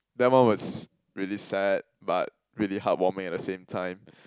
that one was really sad but really heartwarming at the same time